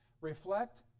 reflect